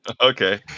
Okay